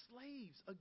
slaves